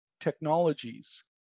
technologies